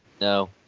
No